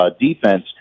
defense